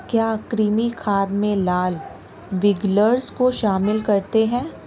क्या कृमि खाद में लाल विग्लर्स को शामिल करते हैं?